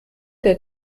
der